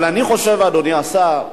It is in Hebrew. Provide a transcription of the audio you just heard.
אני חושב, אדוני השר,